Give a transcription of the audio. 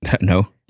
No